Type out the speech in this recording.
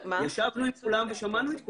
ישבנו עם כולם ושמענו את כולם.